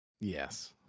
Yes